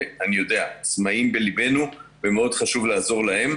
ואני יודע העצמאים הם בליבנו ומאוד חשוב לעזור להם,